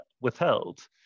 withheld